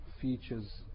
features